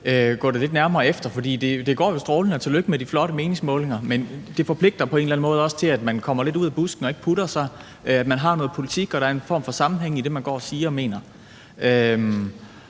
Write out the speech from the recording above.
gå det lidt nærmere efter, for det går jo strålende, og tillykke med de flotte meningsmålinger, men det forpligter på en eller anden måde også til, at man kommer lidt ud af busken og ikke putter sig, at man har noget politik, og at der er en form for sammenhæng i det, man går og siger og mener.